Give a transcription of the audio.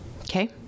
Okay